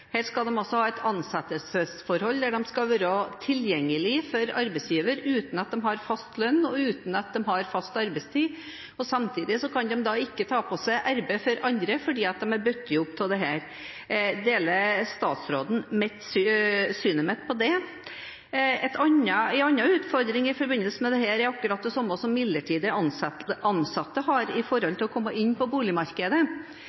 skal de altså ha et ansettelsesforhold der de skal være tilgjengelige for arbeidsgiver uten at de har fast lønn og fast arbeidstid, og samtidig kan de ikke ta på seg arbeid for andre, fordi de er bundet opp av dette. Deler statsråden synet mitt på det? En annen utfordring i forbindelse med dette er akkurat den samme som midlertidig ansatte har med å komme inn på boligmarkedet.